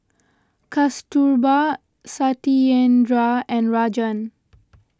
Kasturba Satyendra and Rajan